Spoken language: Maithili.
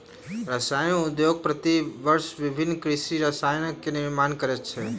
रसायन उद्योग प्रति वर्ष विभिन्न कृषि रसायनक निर्माण करैत अछि